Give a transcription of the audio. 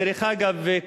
דרך אגב,